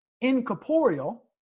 incorporeal